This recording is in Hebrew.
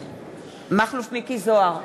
מכלוף מיקי זוהר,